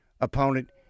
opponent